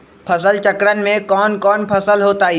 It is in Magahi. फसल चक्रण में कौन कौन फसल हो ताई?